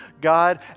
God